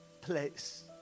place